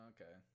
Okay